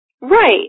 Right